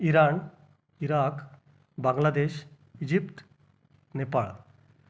Iran Iraq Bangladesh Egypt Nepal